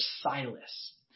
Silas